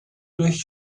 durch